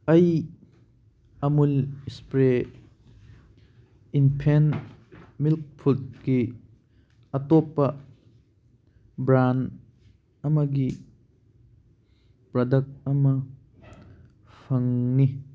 ꯑꯩ Amul spray infant milk ꯐꯨꯠꯀꯤ ꯑꯇꯣꯞꯄ ꯕ꯭ꯔꯥꯟ ꯑꯃꯒꯤ ꯄ꯭ꯔꯗꯛ ꯑꯃ ꯐꯪꯅꯤ